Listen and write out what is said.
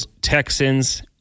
Texans